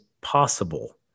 possible